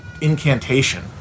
incantation